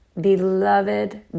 beloved